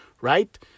right